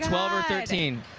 um um or thirteen